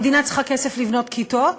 המדינה צריכה כסף לבנות כיתות?